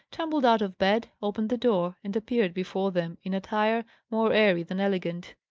tumbled out of bed, opened the door, and appeared before them in attire more airy than elegant.